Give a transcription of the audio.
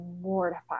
mortified